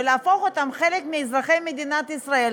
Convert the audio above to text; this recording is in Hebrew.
ולהפוך אותם לחלק מאזרחי מדינת ישראל,